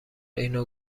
اینو